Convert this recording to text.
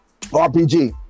RPG